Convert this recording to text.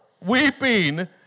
weeping